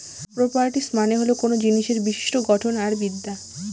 properties মানে হল কোনো জিনিসের বিশিষ্ট্য গঠন আর বিদ্যা